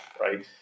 Right